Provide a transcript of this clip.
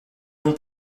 non